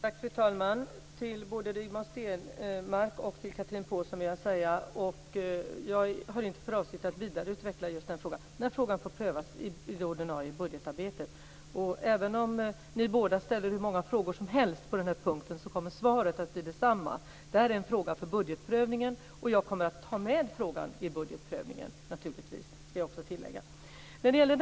Fru talman! Till både Rigmor Stenmark och Chatrine Pålsson vill jag säga att frågan får prövas i det ordinarie budgetarbetet. Jag har inte för avsikt att vidareutveckla just den frågan. Även om ni båda ställer hur många frågor som helst på denna punkt kommer svaret att bli detsamma. Detta är en fråga för budgetprövningen. Jag ska också tillägga att jag naturligtvis kommer att ta med frågan i budgetprövningen.